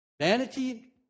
Vanity